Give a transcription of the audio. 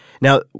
Now